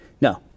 No